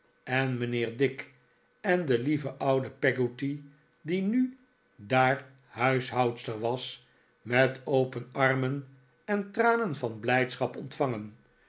en mijnheer dick en de lieve oude peggotty die nu daar huishoudster was met open armen en tranen van blijdschap ontvangen